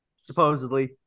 supposedly